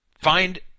find